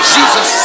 Jesus